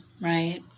right